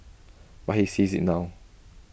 but he sees IT now